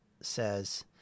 says